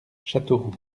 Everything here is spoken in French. châteauroux